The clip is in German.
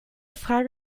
frage